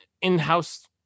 in-house